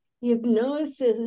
hypnosis